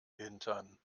hintern